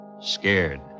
Scared